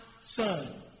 Son